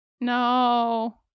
No